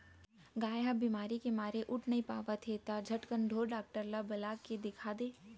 गाय ह बेमारी के मारे उठ नइ पावत हे त झटकन ढोर डॉक्टर ल बला के देखा दे